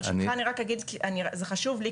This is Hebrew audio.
ברשותך אני רק אגיב כי זה חשוב לי,